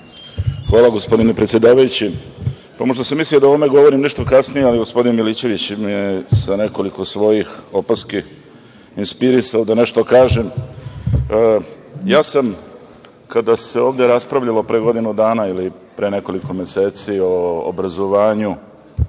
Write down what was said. Hvala, gospodine predsedavajući. Mislio sam da o ovome govorim nešto kasnije, ali gospodin Milićević me je sa nekoliko svojih opaski inspirisao da nešto kažem. Kada se ovde raspravljalo pre godinu dana ili pre nekoliko meseci o obrazovanju